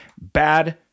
bad